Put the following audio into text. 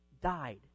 died